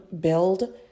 build